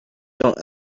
don’t